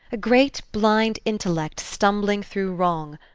a great blind intellect stumbling through wrong,